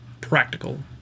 practical